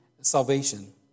salvation